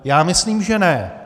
Já myslím, že ne.